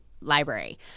library